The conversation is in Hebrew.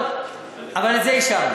טוב, אבל את זה אישרנו.